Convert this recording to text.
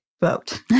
vote